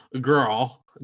girl